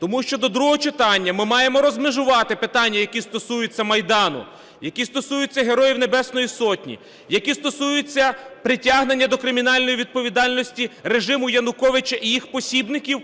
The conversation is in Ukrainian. Тому що до другого читання ми маємо розмежувати питання, які стосуються Майдану, які стосуються Героїв Небесної Сотні, які стосуються притягнення до кримінальної відповідальності режиму Януковича і їх пособників,